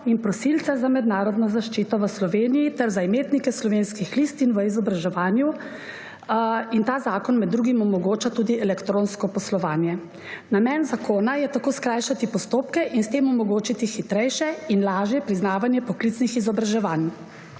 in prosilce za mednarodno zaščito v Sloveniji ter za imetnike slovenskih listin v izobraževanju. Ta zakon med drugim omogoča tudi elektronsko poslovanje. Namen zakona je tako skrajšati postopke in s tem omogočiti hitrejše in lažje priznavanje poklicnih izobraževanj.